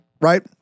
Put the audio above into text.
right